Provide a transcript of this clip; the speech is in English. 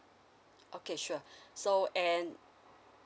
okay sure so and